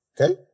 Okay